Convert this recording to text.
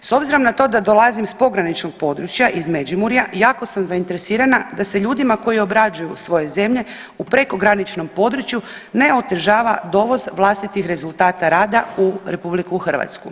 S obzirom na to da dolazim iz pograničnog područja iz Međimurja jako sam zainteresirana da se ljudima koji obrađuju svoje zemlje u prekograničnom području ne otežava dovoz vlastitih rezultata rada u Republiku Hrvatsku.